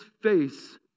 face